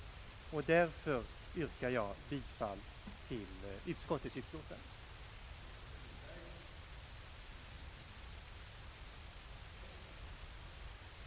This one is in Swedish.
Jag yrkar därför bifall till utskottets hemställan.